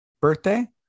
birthday